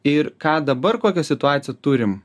ir ką dabar kokią situaciją turim